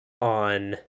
on